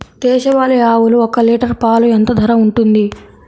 దేశవాలి ఆవులు ఒక్క లీటర్ పాలు ఎంత ధర ఉంటుంది?